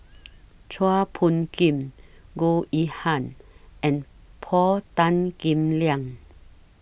Chua Phung Kim Goh Yihan and Paul Tan Kim Liang